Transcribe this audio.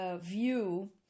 view